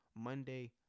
monday